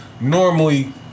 normally